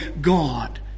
God